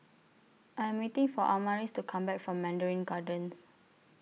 I Am waiting For Amaris to Come Back from Mandarin Gardens